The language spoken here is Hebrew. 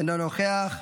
אינו נוכח,